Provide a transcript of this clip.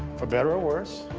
for better or worse,